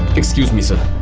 excuse me, sir.